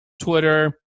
Twitter